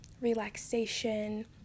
relaxation